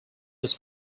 was